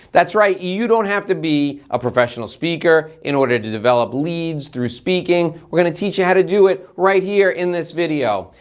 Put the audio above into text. that's right, you don't have to be a professional speaker in order to develop leads through speaking. we're gonna teach you how to do it right here in this video.